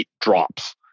drops